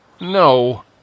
No